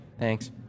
Thanks